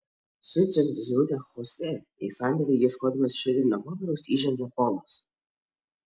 siunčiant žinutę chosė į sandėlį ieškodamas švitrinio popieriaus įžengia polas